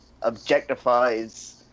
objectifies